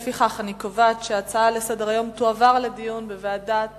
לפיכך אני קובעת שההצעות לסדר-היום תועברנה לדיון בוועדת